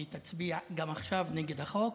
והיא תצביע גם עכשיו נגד החוק,